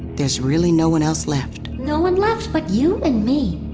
there's really no one else left? no one left but you and me